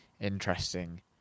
interesting